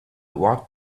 walked